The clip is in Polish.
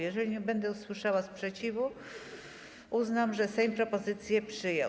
Jeżeli nie będę słyszała sprzeciwu, uznam, że Sejm propozycje przyjął.